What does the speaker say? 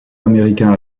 américain